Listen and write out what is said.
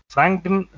Franklin